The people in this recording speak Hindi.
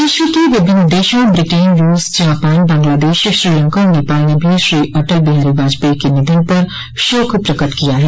विश्व के विभिन्न देशों ब्रिटेन रूस जापान बंगलादेश श्रीलंका और नेपाल ने भी श्री अटल बिहारी वाजपेयी के निधन पर शोक प्रकट किया है